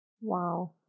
Wow